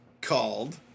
Called